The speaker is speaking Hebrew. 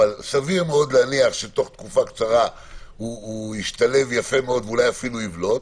סביר מאוד להניח שתוך תקופה קצרה הוא ישתלב יפה מאוד ואולי אפילו יבלוט.